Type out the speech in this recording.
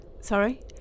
sorry